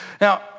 Now